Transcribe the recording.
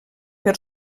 per